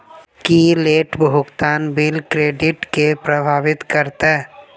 की late भुगतान bill credit केँ प्रभावित करतै?